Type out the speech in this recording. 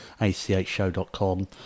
achshow.com